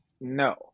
No